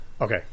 Okay